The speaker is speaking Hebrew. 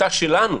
בשליטה שלנו,